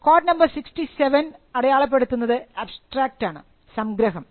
code number 67 അടയാളപ്പെടുത്തുന്നത് abstract ആണ് സംഗ്രഹം